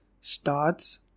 starts